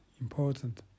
important